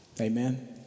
Amen